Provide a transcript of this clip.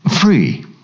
free